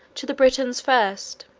to the britons first,